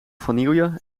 vanille